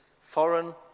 foreign